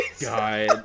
God